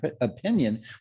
opinion